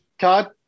Todd